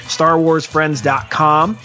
StarWarsFriends.com